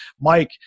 mike